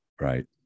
Right